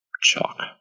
Chalk